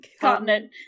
Continent